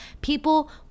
people